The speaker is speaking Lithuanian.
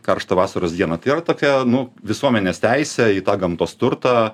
karštą vasaros dieną tai yra tokia nu visuomenės teisė į tą gamtos turtą